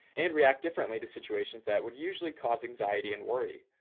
and react differently to situations that would usually causes anxiety and worry.